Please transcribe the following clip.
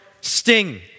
sting